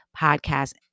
podcast